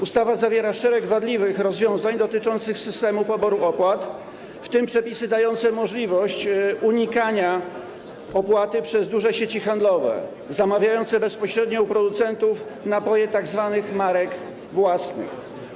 Ustawa zawiera szereg wadliwych rozwiązań dotyczących systemu poboru opłat, w tym przepisy dające możliwość unikania opłaty przez duże sieci handlowe, zamawiające bezpośrednio u producentów napoje tzw. marek własnych.